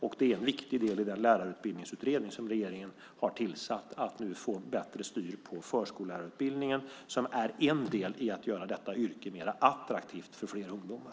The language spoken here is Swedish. Att få bättre styr på förskollärarutbildningen är en viktig del i den lärarutbildningsutredning som regeringen har tillsatt. Det är en del i att göra detta yrke mer attraktivt för flera ungdomar.